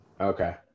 Okay